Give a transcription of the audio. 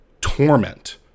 torment